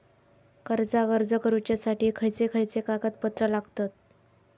कर्जाक अर्ज करुच्यासाठी खयचे खयचे कागदपत्र लागतत